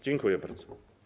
Dziękuję bardzo.